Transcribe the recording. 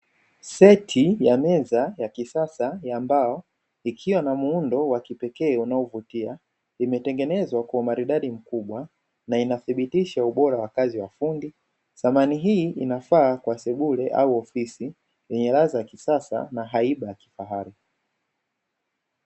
Seti ya meza ya kisasa ya mbao ikiwa na muundo wa kipekee unaovutia, imetengenezwa kwa umaridadi mkubwa na inathibitisha ubora wa kazi wa fundi. Samani hii inafaa kwa sebule au ofisi yenye ladha ya kisasa na haiba ya kifahari.